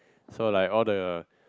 so like all the